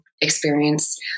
experience